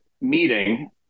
meeting